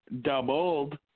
doubled